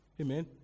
Amen